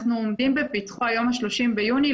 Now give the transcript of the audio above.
היום ה-30 ביוני,